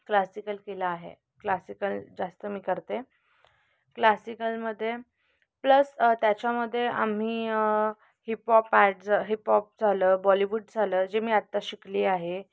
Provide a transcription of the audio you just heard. classical केलं आहे classical जास्त मी करते क्लासिकलमध्ये प्लस त्याच्यामध्ये आम्ही हिपहॉप ॲडज हिपहॉप झालं बॉलिवूड झालं जे मी आत्ता शिकली आहे